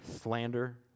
slander